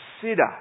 Consider